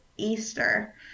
Easter